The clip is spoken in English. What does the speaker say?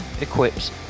equips